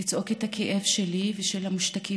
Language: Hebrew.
לצעוק את הכאב שלי ושל המושתקים